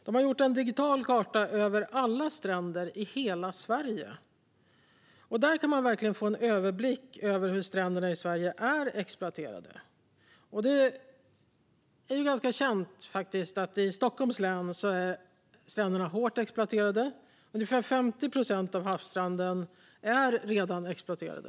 De har gjort en digital karta över alla stränder i hela Sverige. Där kan man verkligen få en överblick över hur stränderna i Sverige är exploaterade. Det är ganska känt att stränderna i Stockholms län är hårt exploaterade - ungefär 50 procent av havsstranden är redan exploaterad.